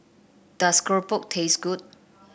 does keropok taste good